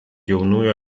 jaunųjų